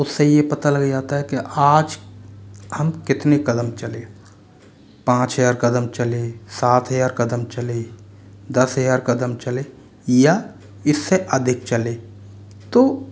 उससे यह पता लग जाता है कि आज हम कितने कदम चले पाँच हज़ार कदम चले सात हज़ार कदम चले दस हज़ार कदम चले या इससे अधिक चले तो